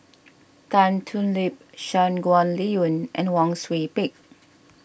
Tan Thoon Lip Shangguan Liuyun and Wang Sui Pick